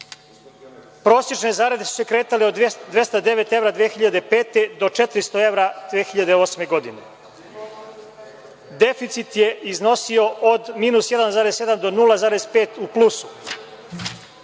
Prosečne zarade su se kretale od 209 evra 2005. do 400 evra 2008. godine. Deficit je iznosio od minus 1,7 do 0,5 u plusu.